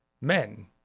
Men